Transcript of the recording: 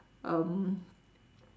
um